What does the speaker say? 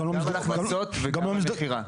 גם על הכנסות וגם על מכירה.